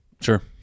Sure